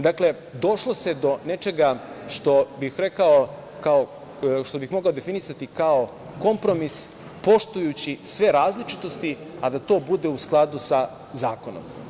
Dakle, došlo se nečega što bih rekao, kao što mogao definisati, kao kompromis poštujući dve različitosti, a da to bude u skladu sa zakonom.